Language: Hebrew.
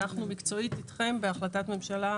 כשאנחנו מדברים על מה שהוקם באזור קריית שמונה,